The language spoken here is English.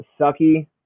sucky